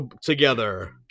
together